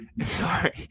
Sorry